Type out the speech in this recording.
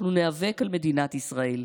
אנחנו ניאבק על מדינת ישראל,